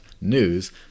news